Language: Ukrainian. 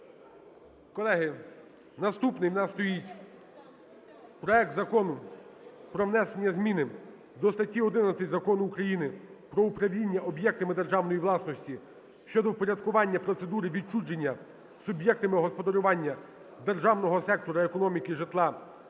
Колеги, наступний у нас стоїть проект Закону про внесення зміни до статті 11 Закону України "Про управління об'єктами державної власності" щодо впорядкування процедури відчуження суб'єктами господарювання державного сектору економіки житла своїм